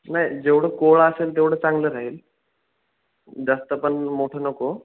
नाही जेवढं कोवळं असेल तेवढं चांगलं राहील जास्त पण मोठं नको